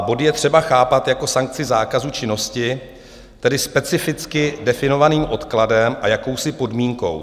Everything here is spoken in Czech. Bod je třeba chápat jako sankci zákazu činnosti, tedy specificky definovaným odkladem a jakousi podmínkou.